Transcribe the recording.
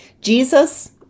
Jesus